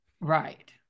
Right